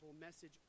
message